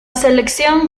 selección